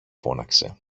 φώναξε